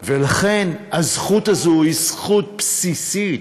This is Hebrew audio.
הזכות הזאת היא זכות בסיסית,